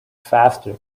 faster